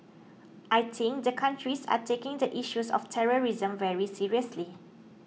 I think the countries are taking the issues of terrorism very seriously